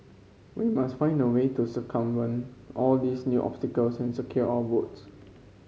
we must find a way to circumvent all these new obstacles and secure our votes